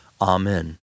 Amen